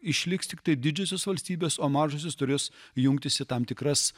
išliks tiktai didžiosios valstybės o mažosios turės jungtis į tam tikras